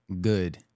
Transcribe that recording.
good